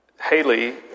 Haley